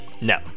No